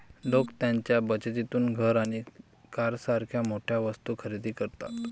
लोक त्यांच्या बचतीतून घर आणि कारसारख्या मोठ्या वस्तू खरेदी करतात